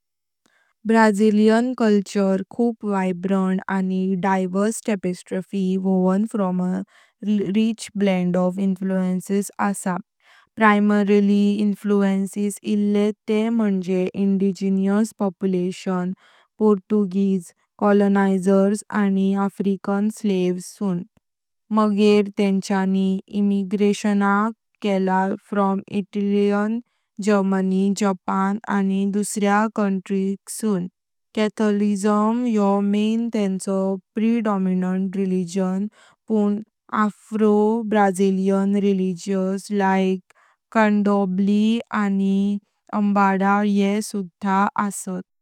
ब्राझिलीयन संस्कृती खूप वायब्रंट आणि diverse tapestry woven from a rich blend of influences आस। प्रायमरी इन्फ्लुएंसेस इल्ले ते म्हणजे इंडिजिनस पॉप्युलेशन्स, पोर्तुगीज कॉलोनायझर्स, आणि आफ्रिकन स्लेव्स सून। मगर तेंच्यानी इमिग्रेशनक केला फ्रॉम इटली, जर्मनी, जपान, आणि दुसऱ्या कंट्रीन सून। कॅथोलिसिझम योह मेन तेंचो प्रेडोमिनंट रेलिजन, पण Afro Brazilian religions like Candomble and Umbanda ये सुधा असत।